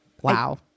Wow